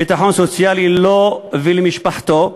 ביטחון סוציאלי לו ולמשפחתו,